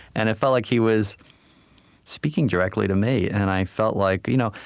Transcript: and it felt like he was speaking directly to me. and i felt like, you know,